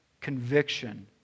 conviction